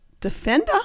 defender